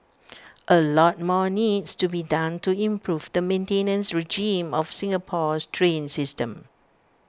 A lot more needs to be done to improve the maintenance regime of Singapore's train system